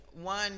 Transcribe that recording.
One